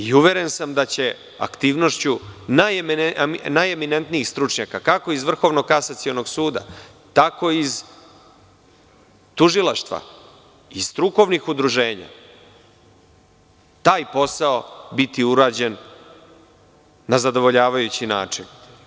Uveren sam da će aktivnošću najeminentnijih stručnjaka, kako iz Vrhovnog kasacionog suda, tako iz tužilaštva, iz strukovnih udruženja, taj posao biti urađen na zadovoljavajući način.